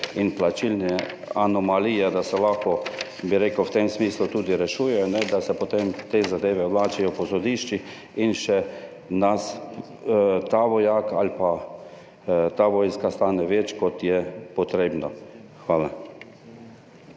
in plačilne anomalije lahko, bi rekel, v tem smislu tudi rešujejo, ne da se potem te zadeve vlačijo po sodiščih in še nas ta vojak ali pa ta vojska stane več, kot je potrebno. Hvala.